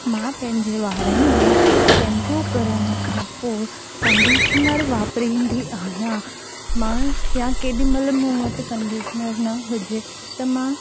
मां पंहिंजे वारनि में शैम्पू करण खां पोइ कंडिशनर वापरींदी आहियां मां या केॾीमहिल मूं वटि कंडिशनर न हुजे त मां